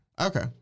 Okay